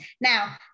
Now